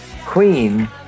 Queen